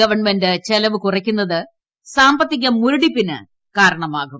സർക്കാർ ചെലവ് കുറയ്ക്കുന്നത് സാമ്പത്തിക മുരടിപ്പിന് കാരണമാകും